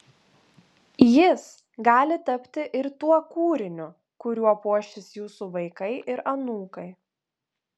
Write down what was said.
jis gali tapti ir tuo kūriniu kuriuo puošis jūsų vaikai ir anūkai